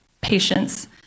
patience